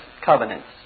Covenants